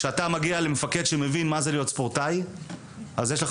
כשאתה מגיע למפקד שמבין מה זה להיות ספורטאי אז יש לך